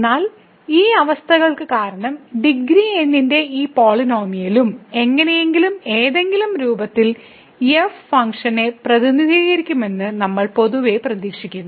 എന്നാൽ ഈ അവസ്ഥകൾ കാരണം ഡിഗ്രി n ന്റെ ഈ പോളിനോമിയലും എങ്ങനെയെങ്കിലും ഏതെങ്കിലും രൂപത്തിൽ എഫ് ഫംഗ്ഷനെ പ്രതിനിധീകരിക്കുമെന്ന് നമ്മൾ പൊതുവെ പ്രതീക്ഷിക്കുന്നു